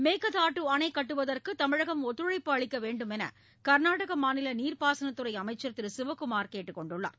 மேகதாது அணைக் கட்டுவதற்கு தமிழகம் ஒத்துழைப்பு அளிக்க வேண்டும் என்று கர்நாடக மாநில நீர்பாசனத் துறை அமைச்சர் திரு சிவக்குமார் கேட்டுக் கொண்டுள்ளார்